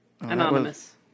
Anonymous